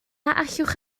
allwch